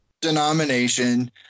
denomination